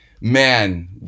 Man